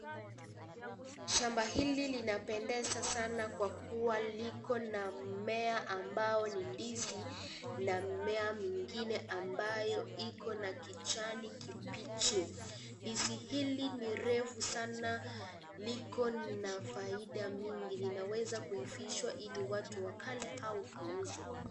Shamba hili linapendeza sana kwa kuwa liko na mmea ambao ni ndizi na mmea mingine ambayo ikona kijani kibichi. Ndizi hili ni refu sana, liko na faida mingi. Linaweza kuivishwa ili watu wakale au kuuzwa.